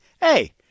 hey